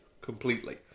Completely